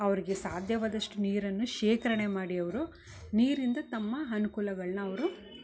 ಅವ್ರ್ಗೆ ಸಾಧ್ಯವಾದಷ್ಟು ನೀರನ್ನು ಶೇಖರಣೆ ಮಾಡಿ ಅವರು ನೀರಿಂದ ತಮ್ಮ ಅನ್ಕೂಲಗಳನ್ನ ಅವರು